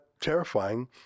terrifying